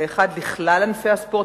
האחד לכלל ענפי הספורט